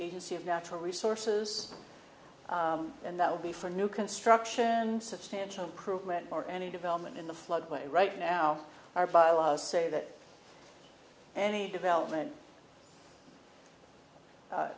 agency of natural resources and that will be for new construction and substantial improvement for any development in the floodway right now are by law say that any development